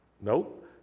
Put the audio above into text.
Nope